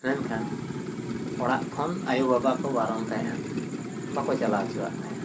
ᱢᱮᱱᱠᱷᱟᱱ ᱚᱲᱟᱜ ᱠᱷᱚᱱ ᱟᱭᱳᱼᱵᱟᱵᱟ ᱠᱚ ᱵᱟᱨᱚᱱ ᱛᱟᱦᱮᱸᱜᱼᱟ ᱵᱟᱠᱚ ᱪᱟᱞᱟᱣ ᱚᱪᱚᱣᱟᱜ ᱛᱟᱦᱮᱸᱜᱼᱟ